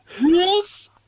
rules